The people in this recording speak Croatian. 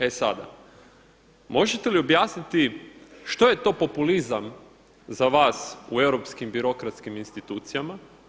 E sada možete li objasniti što je to populizam za vas u europskim birokratskim institucijama?